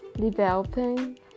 developing